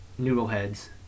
noodleheads